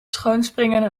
schoonspringen